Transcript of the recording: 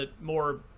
more